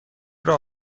راه